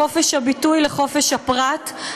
לחופש הביטוי ולחופש הפרט.